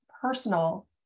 personal